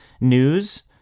news